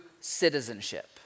citizenship